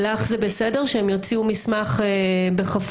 לך זה בסדר שהם יוציאו מסמך בכפוף?